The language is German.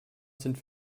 sind